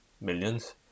millions